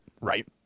right